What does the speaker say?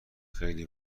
خیلی